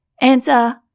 Answer